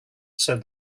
said